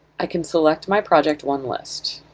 i can select my project one list.